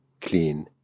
clean